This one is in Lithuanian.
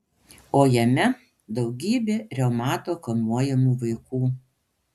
o jame daugybė reumato kamuojamų vaikų